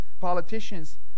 politicians